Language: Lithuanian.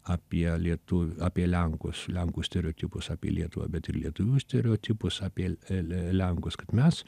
apie lietu apie lenkus lenkų stereotipus apie lietuvą bet ir lietuvių stereotipus apie le lenkus kad mes